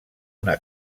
una